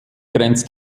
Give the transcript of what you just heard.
grenzt